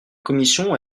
commission